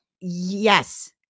yes